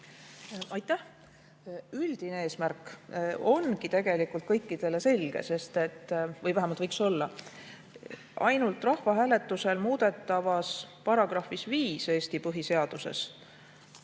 Aitäh! Üldine eesmärk ongi tegelikult kõikidele selge, vähemalt võiks olla. Ainult rahvahääletusel muudetavas Eesti põhiseaduse